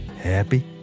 Happy